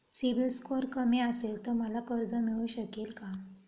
CIBIL score कमी असेल तर मला कर्ज मिळू शकेल का?